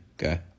okay